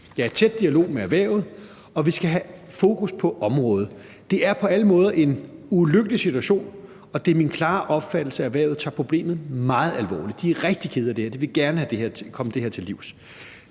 Jeg er i tæt dialog med erhvervet, og vi skal have fokus på området. Det er på alle måder en ulykkelig situation, og det er min klare opfattelse, at erhvervet tager problemet meget alvorligt. De er rigtig kede af det her, og de vil gerne komme det til livs.